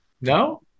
No